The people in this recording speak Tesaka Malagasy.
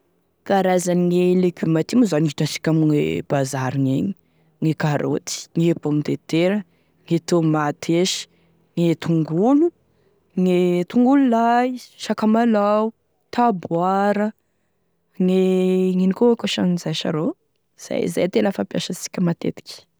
Karazany gne legioma ty moa zany e hitasika ame bazary egny: gne karoty, gne pomme de terre, gne tomatesy, gne tongolo gne tongolo lay, sakamalaho, taboara, gne ino koa ankoatran'izay sa ro, zay zay e tena fampiasasika matetiky.